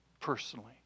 personally